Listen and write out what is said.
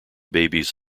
babies